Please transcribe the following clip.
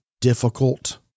difficult